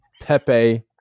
Pepe